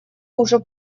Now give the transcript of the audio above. уже